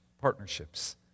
partnerships